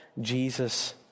Jesus